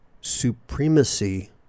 Supremacy